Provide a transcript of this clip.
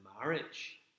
marriage